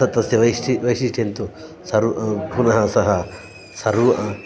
त तस्य वैशि वैशिष्ट्यं तु सर्वे पुनः सह सर्वे